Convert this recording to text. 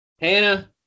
Hannah